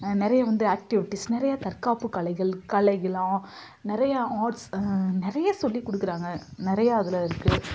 நிறைய வந்து ஆக்ட்டிவிட்டிஸ் நிறைய தற்காப்புக் கலைகள் கலைகள் ஆ நிறைய ஆர்ட்ஸ் நிறைய சொல்லிக் கொடுக்குறாங்க நிறையா அதில் இருக்குது